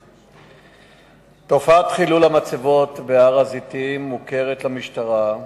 1 4. תופעת חילול המצבות בהר-הזיתים מוכרת למשטרה,